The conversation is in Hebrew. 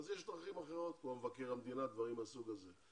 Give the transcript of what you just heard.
יש דרכים אחרות כמו מבקר המדינה ודברים מהסוג הזה.